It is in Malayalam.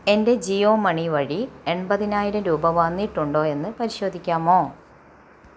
എൻ്റെ ജിയോ മണി വഴി എൺപതിനായിരം രൂപ വന്നിട്ടുണ്ടോ എന്ന് പരിശോധിക്കാമോ